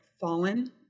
fallen